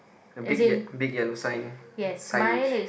a big ye~ big yellow sign signage